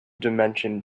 dimension